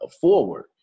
forward